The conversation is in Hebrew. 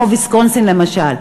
כמו ויסקונסין למשל,